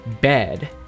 bed